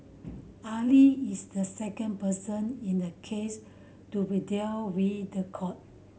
Ali is the second person in the case to be dealt with the court